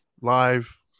live